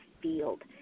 field